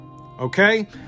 Okay